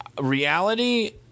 reality